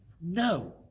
no